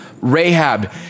Rahab